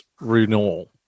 renewal